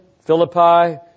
Philippi